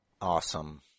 Awesome